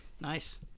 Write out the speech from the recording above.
nice